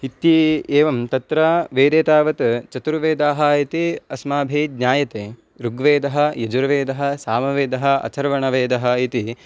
इति एवं तत्र वेदे तावत् चतुर्वेदाः इति अस्माभिः ज्ञायते ऋग्वेदः यजुर्वेदः सामवेदः अथर्वणवेदः इति